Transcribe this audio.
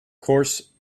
course